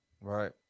Right